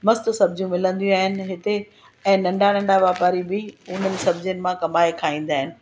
मस्तु सब्जियूं मिलंदियूं आहिनि हिते ऐं नंढा नंढा वापारी बि उन्हनि सब्जीनि मां कमाए खाईंदा आहिनि